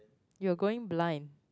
you going blind